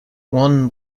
one